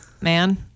man